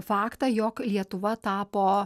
faktą jog lietuva tapo